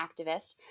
activist